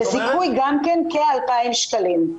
וזיכוי גם כן כ-2,000 שקלים.